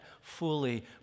fully